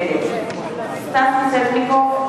נגד סטס מיסז'ניקוב,